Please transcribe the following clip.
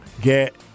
get